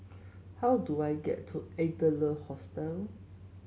how do I get to Adler Hostel